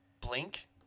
Blink